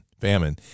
famine